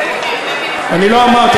אני לא אמרתי.